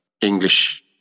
English